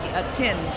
attend